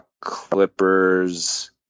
Clippers